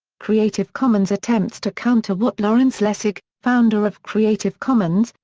creative commons attempts to counter what lawrence lessig, founder of creative commons,